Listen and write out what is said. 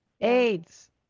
AIDS